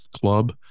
club